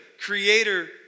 creator